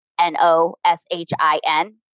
N-O-S-H-I-N